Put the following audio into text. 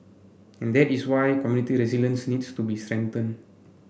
and that is why community resilience needs to be strengthen